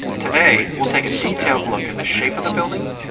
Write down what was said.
today, we'll take a detailed look at the shape of the building,